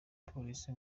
police